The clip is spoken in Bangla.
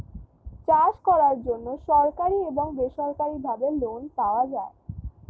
চাষ করার জন্য সরকারি এবং বেসরকারিভাবে লোন পাওয়া যায়